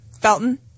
Felton